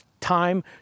time